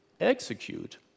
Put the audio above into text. execute